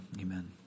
Amen